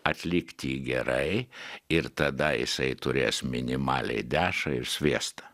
atlikt jį gerai ir tada jisai turės minimaliai dešrą ir sviestą